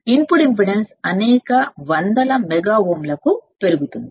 input impedance అనేక 100ల mega ఓమ్లకు పెరుగుతుంది